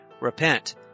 repent